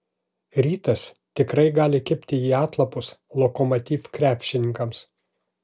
rytas tikrai gali kibti į atlapus lokomotiv krepšininkams